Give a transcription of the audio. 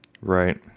Right